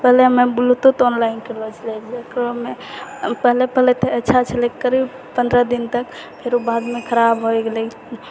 पहिले हमे Bluetooth online किनै छलिए एकरोमे पहले पहिले तऽ अच्छा छलै करीब पनरह दिन तक फेरो ओ बादमे खराब होइ गेलै